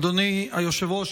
אדוני היושב-ראש,